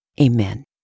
Amen